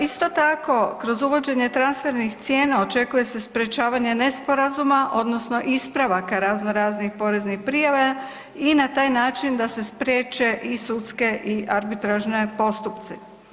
Isto tako, kroz uvođenje transfernih cijena očekuje se sprječavanje nesporazuma odnosno ispravaka razno raznih poreznih prijava i na taj način da se spriječe i sudske i arbitražne postupci.